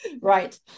Right